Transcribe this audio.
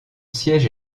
siège